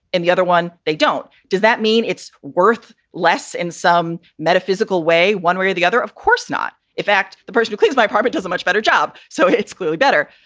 the other one they don't. does that mean it's worth less in some metaphysical way one way or the other? of course not. in fact, the person who cleans my apartment does a much better job. so it's clearly better.